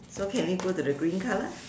so can we go to the green colour